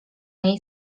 niej